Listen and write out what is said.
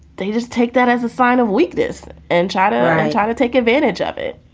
they just take that as a sign of weakness and chatter and try to take advantage of it.